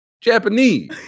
Japanese